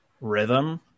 rhythm